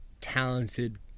...talented